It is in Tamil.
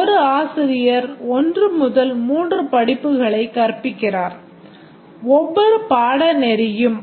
ஒரு ஆசிரியர் 1 முதல் 3 படிப்புகளைக் கற்பிக்கிறார் ஒவ்வொரு பாடநெறியும்